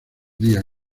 día